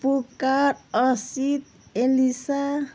पुकार असित एलिसा